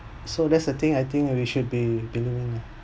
so that's the thing I think we should be believe in lah